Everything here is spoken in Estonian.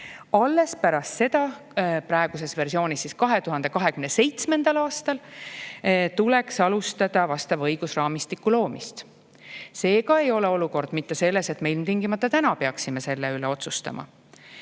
alles pärast seda! –, praeguses versioonis siis 2027. aastal, tuleks alustada vastava õigusraamistiku loomist. Seega ei ole asi mitte selles, et me ilmtingimata täna peaksime selle üle otsustama.